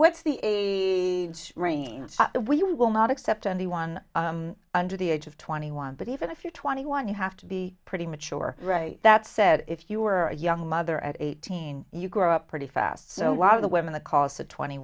what's the a range that we will not accept anyone under the age of twenty one but even if you're twenty one you have to be pretty mature right that said if you are a young mother at eighteen you grow up pretty fast so a lot of the women the corsa twenty